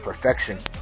perfection